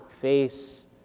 face